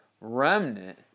remnant